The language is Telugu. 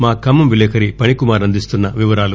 మా ఖమ్మం విలేకరి ఫణికుమార్ అందిస్తున్న వివరాలు